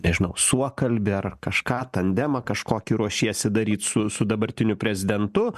nežinau suokalbį ar kažką tandemą kažkokį ruošiesi daryt su su dabartiniu prezidentu